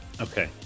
Okay